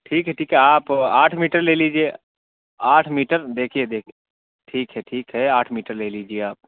ٹھیک ہے ٹھیک ہے آپ آٹھ میٹر لے لیجیے آٹھ میٹر دیکھیے دیکھیے ٹھیک ہے ٹھیک ہے آٹھ میٹر لے لیجیے آپ